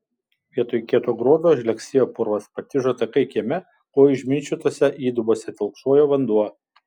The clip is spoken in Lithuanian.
vietoj kieto gruodo žlegsėjo purvas patižo takai kieme kojų išmindžiotose įdubose telkšojo vanduo